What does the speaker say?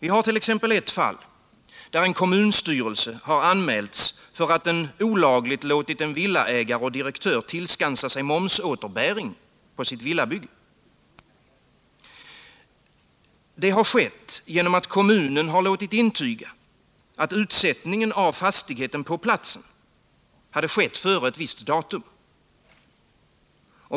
I ett fall har t.ex. en kommunstyrelse anmälts för att den olagligt låtit en villaägare och direktör tillskansa sig momsåterbäring på sitt villabygge. Det hade skett genom att kommunen låtit intyga att utsättningen av fastigheten på platsen ägt rum före ett visst datum.